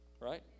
right